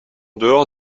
dehors